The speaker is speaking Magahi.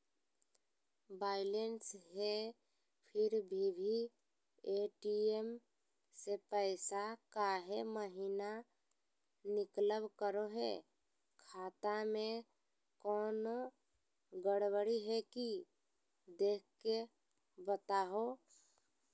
बायलेंस है फिर भी भी ए.टी.एम से पैसा काहे महिना निकलब करो है, खाता में कोनो गड़बड़ी है की देख के बताहों?